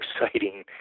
exciting